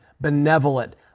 benevolent